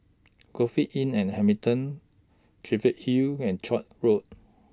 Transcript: Inn and Hamilton Cheviot Hill and Koek Road